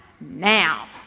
now